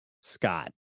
Scott